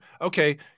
okay